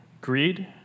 greed